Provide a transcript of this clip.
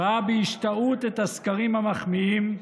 ראה בהשתאות את הסקרים המחמיאים,